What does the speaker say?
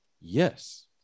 yes